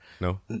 No